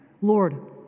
Lord